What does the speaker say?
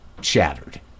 shattered